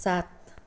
सात